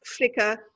Flickr